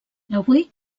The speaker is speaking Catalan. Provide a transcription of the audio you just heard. avui